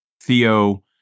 Theo